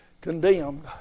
condemned